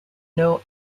know